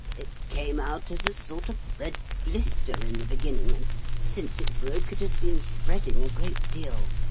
it came out as a sort of red blister in the beginning, and since it broke it has been spreading a great deal.